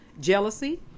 jealousy